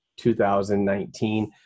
2019